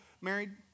married